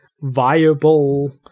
viable